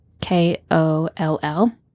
K-O-L-L